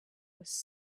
was